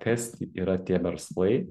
kas yra tie verslai